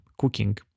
cooking